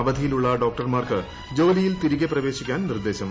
അവധിയിലുള്ള ഡോക്ടർമാർക്ക് ജോലിയിൽ തിരികെ പ്രവേശിക്കാൻ നിർദ്ദേശം